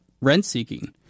rent-seeking